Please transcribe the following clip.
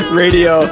radio